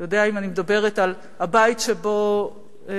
אתה יודע, אם אני מדברת על הבית שבו גדלתי,